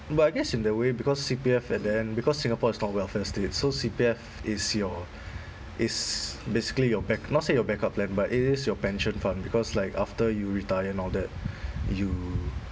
but I guess in a way because C_P_F at the end because singapore is not welfare state so C_P_F is your is basically your back not say your backup plan but it is your pension fund because like after you retire and all that you